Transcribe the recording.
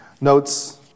notes